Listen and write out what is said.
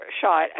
shot